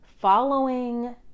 following